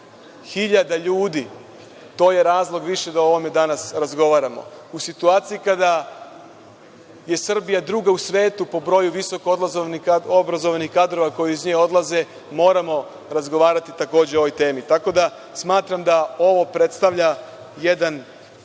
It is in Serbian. hiljada ljudi, to je razlog više da o ovome danas razgovaramo. U situaciji kada je Srbija druga u svetu po broju visokoobrazovanih kadrova koji iz nje odlaze, moramo razgovarati takođe o ovoj temi. Tako da smatram da ovo predstavlja jedan